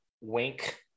Wink